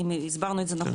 אם הסברנו את זה נכון,